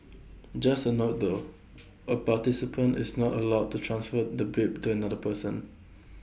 just A note though A participant is not allowed to transfer the bib to another person